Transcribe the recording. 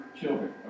children